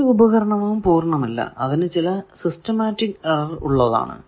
ഒരു ഉപകരണവും പൂർണമല്ല അതിനു ചില സിസ്റ്റമാറ്റിക് എറർ ഉള്ളതാണ്